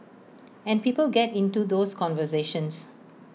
and people get into those conversations